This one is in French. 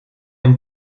une